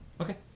Okay